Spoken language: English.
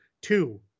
two